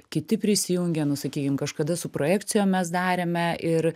kiti prisijungia nu sakykim kažkada su projekcijom mes darėme ir